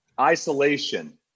isolation